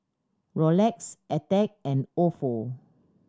Rolex Attack and Ofo